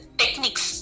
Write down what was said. techniques